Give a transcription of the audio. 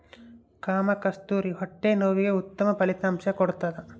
ಕಾಮಕಸ್ತೂರಿ ಹೊಟ್ಟೆ ನೋವಿಗೆ ಉತ್ತಮ ಫಲಿತಾಂಶ ಕೊಡ್ತಾದ